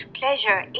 pleasure